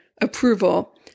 approval